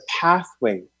pathway